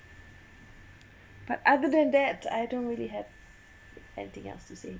but other than that I don't really have anything else to say